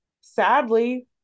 sadly